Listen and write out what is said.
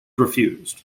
refused